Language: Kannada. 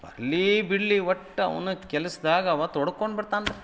ಬರ್ಲಿ ಬಿಡ್ಲಿ ಒಟ್ಟು ಅವ್ನ ಕೆಲಸ್ದಾಗೆ ಅವ ತೊಡ್ಕೊಂಡ್ಬಿಡ್ತಾನೆ ರೀ